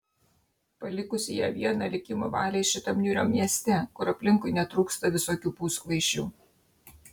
palikusi ją vieną likimo valiai šitam niūriam mieste kur aplinkui netrūksta visokių puskvaišių